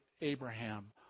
Abraham